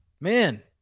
man